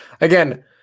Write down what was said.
Again